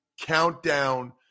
countdown